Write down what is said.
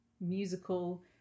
musical